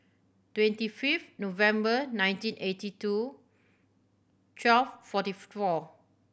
twenty fifth November nineteen eighty two twelve forty four